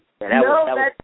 No